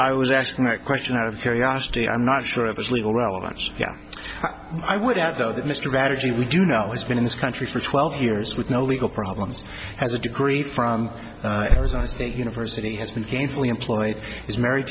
i was asking that question out of curiosity i'm not sure of his legal relevance yeah i would have though that mr rather gee we do know he's been in this country for twelve years with no legal problems has a degree from arizona state university has been gainfully employed is married